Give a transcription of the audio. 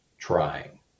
trying